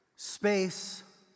Space